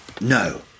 No